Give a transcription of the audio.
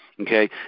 okay